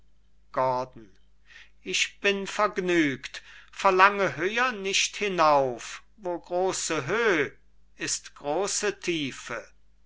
gordon ich bin vergnügt verlange höher nicht hinauf wo große höh ist große tiefe